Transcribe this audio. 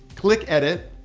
click edit.